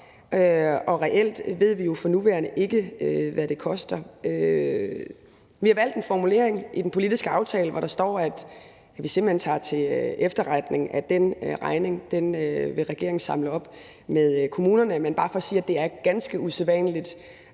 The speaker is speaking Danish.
Og reelt ved vi for nuværende ikke, hvad det koster. Vi har valgt en formulering i den politiske aftale, hvor der står, at vi simpelt hen tager til efterretning, at den regning vil regeringen samle op med kommunerne. Men det er bare for at sige, at det er ganske usædvanligt